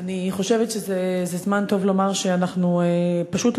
אני חושבת שזה זמן טוב לומר שאנחנו לא